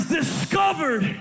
discovered